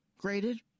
graded